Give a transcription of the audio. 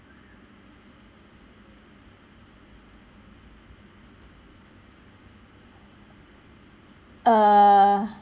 err